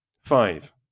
Five